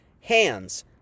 hands